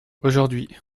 aujourd’hui